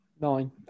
Nine